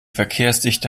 verkehrsdichte